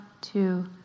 two